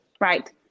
Right